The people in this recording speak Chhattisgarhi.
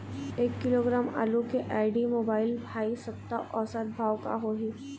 एक किलोग्राम आलू के आईडी, मोबाइल, भाई सप्ता औसत भाव का होही?